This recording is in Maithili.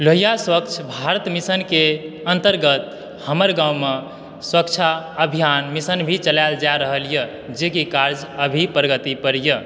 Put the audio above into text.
लोहिया स्वच्छ भारत मिशनके अन्तर्गत हमर गाँवमे स्वच्छता अभियान मिशन भी चलायल जा रहलए जेकि काज अभी प्रगति पर यऽ